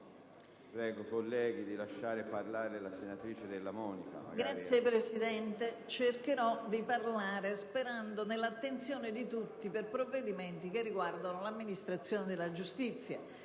signor Presidente, cercherò di parlare, sperando nell'attenzione di tutti, a proposito di provvedimenti che riguardano l'amministrazione della giustizia.